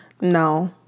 no